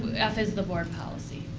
f is the board policy.